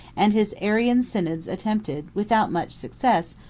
and his arian synods attempted, without much success,